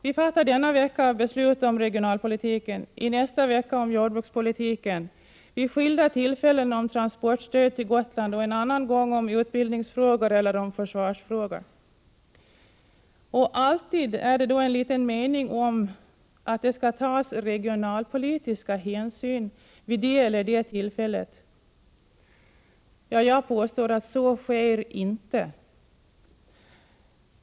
Vi fattar denna vecka beslut om regionalpolitiken, i nästa vecka om jordbrukspolitiken, vid skilda tillfällen om transportstöd till Gotland och en annan gång om utbildningsfrågor eller försvarsfrågor. Alltid finns det en liten mening med om att det skall tas regionalpolitiska hänsyn vid det eller det tillfället. Jag påstår att så inte sker.